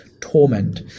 torment